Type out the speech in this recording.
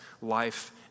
life